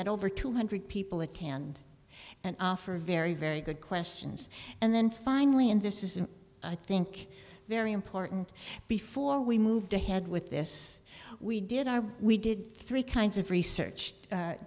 had over two hundred people at cannes and offer very very good questions and then finally and this is i think very important before we moved ahead with this we did our we did three kinds of research